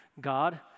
God